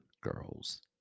Girls